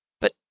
But